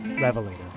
Revelator